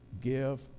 give